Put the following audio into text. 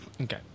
Okay